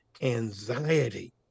Anxiety